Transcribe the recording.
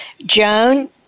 Joan